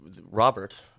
Robert